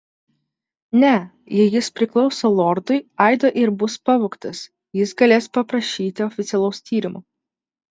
ne jei jis priklauso lordui aido ir bus pavogtas jis galės paprašyti oficialaus tyrimo